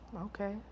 Okay